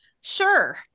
sure